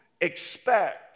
expect